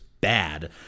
bad